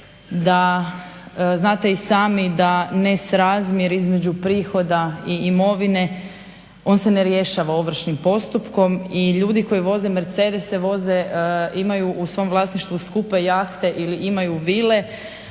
da znate i sami da nesrazmjer između prihoda i imovine on se ne rješava ovršnim postupkom. I ljudi koji voze Mercedese, imaju u svom vlasništvu skupe jahte ili imaju vile